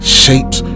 shapes